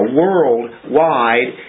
worldwide